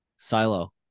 Silo